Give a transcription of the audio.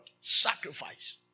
sacrifice